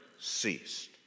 ceased